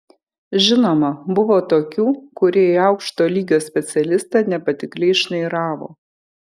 žinoma buvo tokių kurie į aukšto lygio specialistą nepatikliai šnairavo